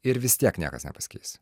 ir vis tiek niekas nepasikeis